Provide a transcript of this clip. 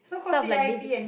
stuff like this